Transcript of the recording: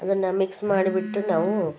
ಅದನ್ನು ಮಿಕ್ಸ್ ಮಾಡಿಬಿಟ್ಟು ನಾವು